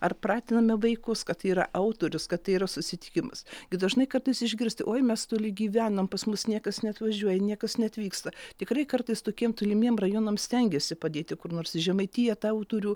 ar pratiname vaikus kad yra autorius kad tai yra susitikimas gi dažnai kartais išgirsti oi mes toli gyvenam pas mus niekas neatvažiuoja niekas neatvyksta tikrai kartais tokiem tolimiem rajonams stengiasi padėti kur nors į žemaitiją tą autorių